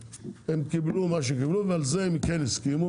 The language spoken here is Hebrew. הם קיבלו מה שקיבלו ועל זה הם כן הסכימו,